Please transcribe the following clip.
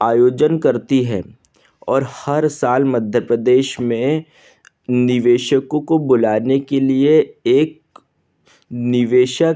आयोजन करती है और हर साल मध्य प्रदेश में निवेशकों को बुलाने के लिए एक निवेशक